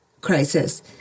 crisis